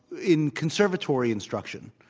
in conservatory instruction,